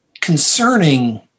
concerning